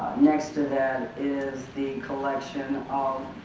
next to that is the collection of